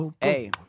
Hey